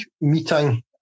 meeting